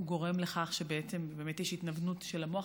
גורם לכך שבעצם באמת יש התנוונות של המוח,